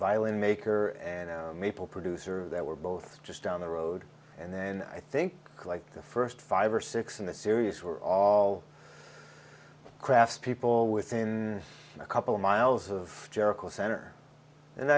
violin maker and maple producer that were both just down the road and then i think like the first five or six in the series were all craftspeople within a couple miles of jericho center and